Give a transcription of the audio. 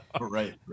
right